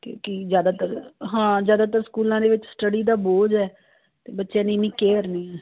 ਕਿਉਂਕਿ ਜ਼ਿਆਦਾਤਰ ਹਾਂ ਜ਼ਿਆਦਾਤਰ ਸਕੂਲਾਂ ਦੇ ਵਿੱਚ ਸਟੱਡੀ ਦਾ ਬੋਝ ਹੈ ਅਤੇ ਬੱਚਿਆਂ ਦੀ ਇੰਨੀ ਕੇਅਰ ਨਹੀਂ ਹੈ